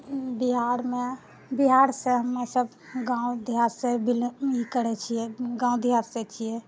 बिहारमे बिहारसँ हमे सब गाँव देहातसँ बिलॉन्ग ई करै छिए गाँव देहातसँ छिए